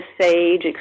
sage